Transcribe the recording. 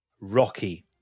Rocky